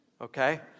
okay